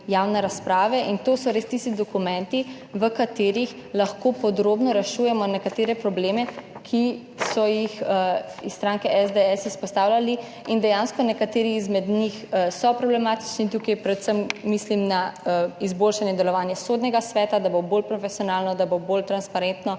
To so res tisti dokumenti, v katerih lahko podrobno rešujemo nekatere probleme, ki so jih izpostavili v stranki SDS in dejansko so nekateri izmed njih problematični. Tukaj predvsem mislim na izboljšanje delovanja Sodnega sveta, da bo bolj profesionalno, da bo bolj transparentno,